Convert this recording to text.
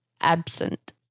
absent